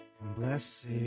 Blessed